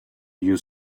you